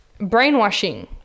brainwashing